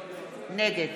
נגד